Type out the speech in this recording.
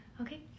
Okay